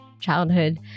childhood